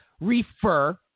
refer